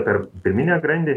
per pirminę grandį